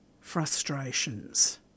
frustrations